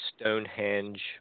Stonehenge